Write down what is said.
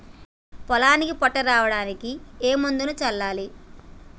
పొలానికి పొట్ట రావడానికి ఏ మందును చల్లాలి?